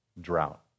drought